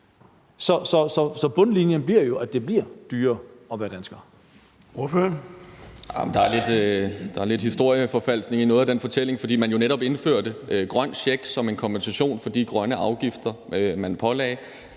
Bonnesen): Ordføreren. Kl. 10:46 Sigurd Agersnap (SF): Der er lidt historieforfalskning i noget af den fortælling, fordi man jo netop indførte den grønne check som en kompensation for de grønne afgifter, man pålagde